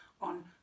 on